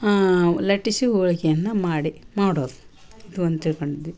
ಹಾಂ ಲಟ್ಟಿಸಿ ಹೋಳಿಗೆಯನ್ನ ಮಾಡಿ ಮಾಡೋದು ಅದು ಒಂದು ತಿಳ್ಕಂಡಿದ್ವಿ